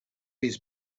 his